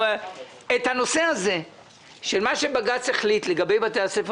את הנושא הזה שמה שבג"צ החליט לגבי בתי הספר